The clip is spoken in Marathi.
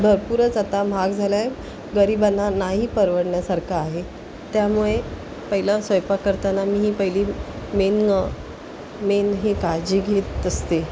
भरपूरच आता महाग झाल्या गरिबांना नाही परवडण्यासारखं आहे त्यामुळे पहिला स्वयपाक करताना मी ही पहिली मेन मेन हे काळजी घेत असते